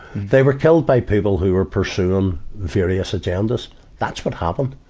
they were killed by people who were pursuing various agendas that's what happened.